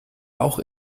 auch